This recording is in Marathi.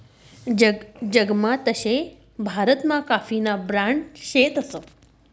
जगमा तशे भारतमा काफीना ब्रांड शेतस